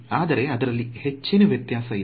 ಆದರೆ ಅದರಲ್ಲಿ ಹೆಚ್ಚೇನೂ ವೆತ್ಯಾಸ ಇಲ್ಲ